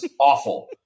awful